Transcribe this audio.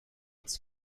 uns